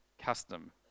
custom